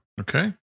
Okay